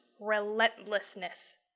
relentlessness